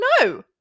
no